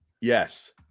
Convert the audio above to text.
Yes